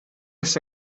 ist